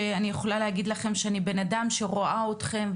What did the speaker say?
שאני בן אדם שרואה אתכם,